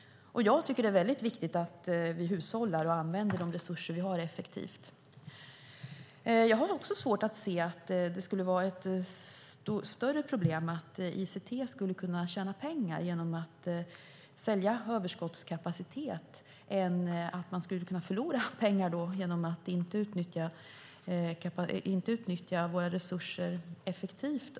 Jag tycker att det är mycket viktigt att vi hushållar och använder de resurser vi har effektivt. Jag har också svårt att se att det skulle vara ett större problem att ICT skulle kunna tjäna pengar genom att sälja överskottskapacitet än att man skulle kunna förlora pengar genom att inte utnyttja våra resurser effektivt.